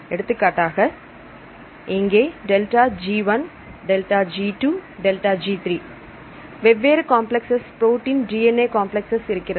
எடுத்துக்காட்டாக இங்கே delta ΔG1 ΔG2 ΔG3 வெவ்வேறு காம்ப்ளக்ஸ் புரோட்டின் DNA காம்ப்ளக்ஸ் இருக்கிறது